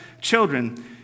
children